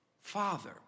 Father